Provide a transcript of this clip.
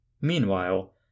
Meanwhile